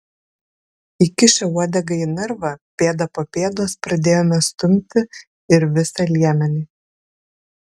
įkišę uodegą į narvą pėda po pėdos pradėjome stumti ir visą liemenį